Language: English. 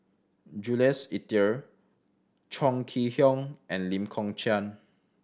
Jules Itier Chong Kee Hiong and Lee Kong Chian